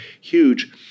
huge